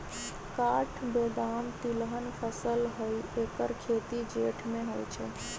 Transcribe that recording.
काठ बेदाम तिलहन फसल हई ऐकर खेती जेठ में होइ छइ